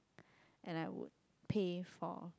and I would pay for